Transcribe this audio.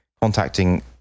contacting